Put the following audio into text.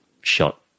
shot